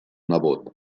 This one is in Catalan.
nebot